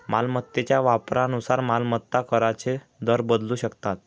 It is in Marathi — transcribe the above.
मालमत्तेच्या वापरानुसार मालमत्ता कराचे दर बदलू शकतात